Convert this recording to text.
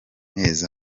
mezi